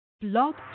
Blog